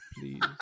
please